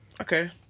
okay